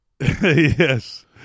Yes